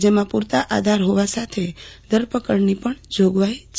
જેમાં પુરતા આધાર હોવા સાથે ધરપકડની જોગવાહી છે